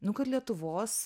nu kad lietuvos